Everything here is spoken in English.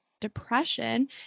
depression